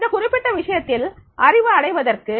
இந்த குறிப்பிட்ட விஷயத்தில் அறிவு அடைவதற்கு